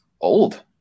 old